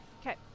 Okay